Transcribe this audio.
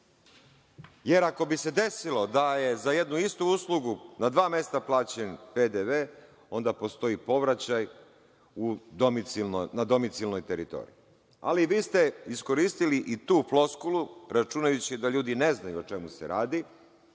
Jer, ako bi se desilo da je za jednu istu uslugu na dva mesta plaćen PDV, onda postoji povraćaj na domicijalnoj teritoriji. Ali, vi ste iskoristili i to floskulu, računajući da ljudi ne znaju o čemu se radi,